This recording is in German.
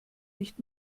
nicht